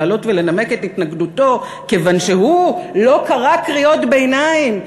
לעלות ולנמק את התנגדותו כיוון שהוא לא קרא קריאות ביניים,